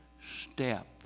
step